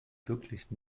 wirklich